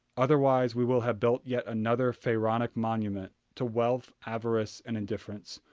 otherwise we will have built yet another pharaonic monument to wealth, avarice, and indifference.